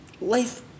life